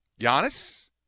Giannis